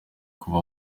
kuva